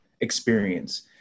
experience